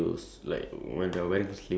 as if nothing happened lah